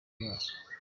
inyamaswa